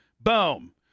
Boom